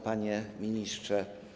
Panie Ministrze!